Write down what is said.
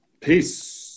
Peace